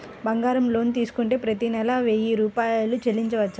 బంగారం లోన్ తీసుకుంటే ప్రతి నెల వెయ్యి రూపాయలు చెల్లించవచ్చా?